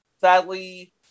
Sadly